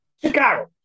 Chicago